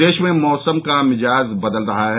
प्रदेश में मौसम का मिजाज बदल रहा है